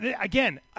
again